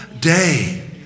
day